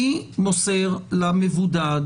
מי מוסר למבודד,